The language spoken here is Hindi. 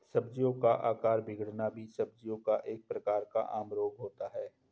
सब्जियों का आकार बिगड़ना भी सब्जियों का एक प्रकार का आम रोग होता है